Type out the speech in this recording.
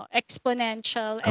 exponential